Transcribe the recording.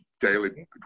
daily